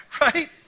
right